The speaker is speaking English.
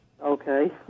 Okay